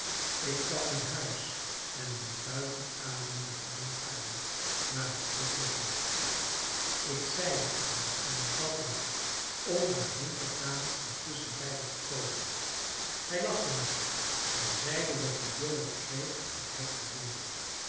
ik kwam in huis en liep buiten adem naar de woonkamer waar ik butler vond ik zeide het hem en bad hem om er heen te gaan en tusschenbeide te komen hij lachte maar en zeide dat de jongen kreeg wat hij verdiende